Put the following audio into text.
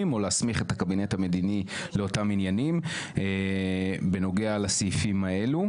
או להסמיך את הקבינט המדיני לאותם עניינים בנוגע לסעיפים האלה?